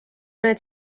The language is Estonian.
need